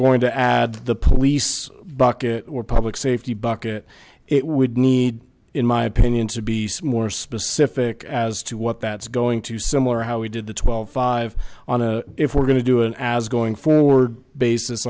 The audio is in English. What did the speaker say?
going to add the police bucket or public safety bucket it would need in my opinion to be smore specific as to what that's going to similar how we did the twelve five on and if we're going to do it as going forward basis